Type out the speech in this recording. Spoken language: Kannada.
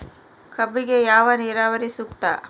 ಕಬ್ಬಿಗೆ ಯಾವ ನೇರಾವರಿ ಸೂಕ್ತ?